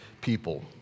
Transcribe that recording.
people